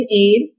aid